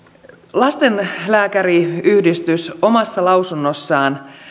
lastenlääkäriyhdistys omassa lausunnos saan